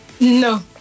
No